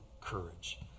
courage